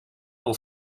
will